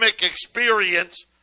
experience